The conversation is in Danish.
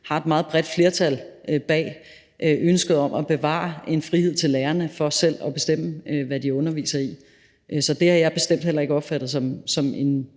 har et meget bredt flertal bag ønsket om at bevare en frihed til lærerne til selv at bestemme, hvad de underviser i. Så det har jeg bestemt heller ikke opfattet som en